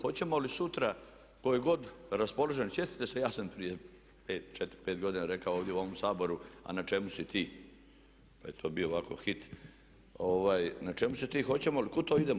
Hoćemo li sutra tko je god raspoložen, sjetite se ja sam prije 4, 5 godina rekao ovdje u ovom Saboru a na čemu si ti, pa je to bio ovako hit, na čemu si ti, hoćemo li, kuda to idemo.